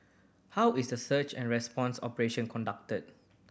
how is the search and response operation conducted